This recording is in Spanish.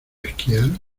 esquiar